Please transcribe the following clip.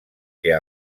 que